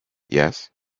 yes